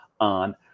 on